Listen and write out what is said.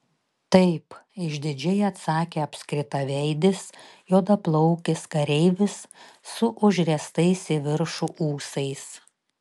taip išdidžiai atsakė apskritaveidis juodaplaukis kareivis su užriestais į viršų ūsais